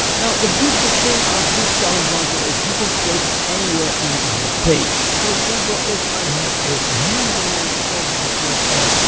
now the beautiful thing of this comment module is that you can place it anywhere in your page. for example, if i have this handyman services website,